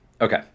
okay